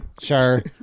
Sure